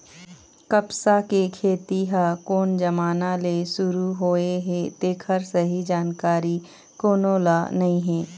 कपसा के खेती ह कोन जमाना ले सुरू होए हे तेखर सही जानकारी कोनो ल नइ हे